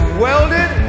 welded